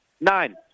nine